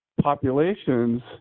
populations